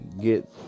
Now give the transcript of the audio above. get